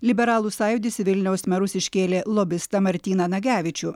liberalų sąjūdis į vilniaus merus iškėlė lobistą martyną nagevičių